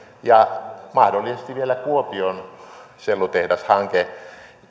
ja mahdollisesti vielä kuopion sellutehdashanke